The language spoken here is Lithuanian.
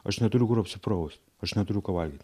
aš neturiu kur apsipraust aš neturiu ką valgyt